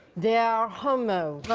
they are homo.